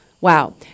wow